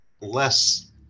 less